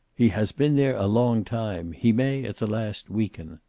he has been there a long time. he may, at the last, weaken.